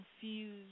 confused